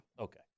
Okay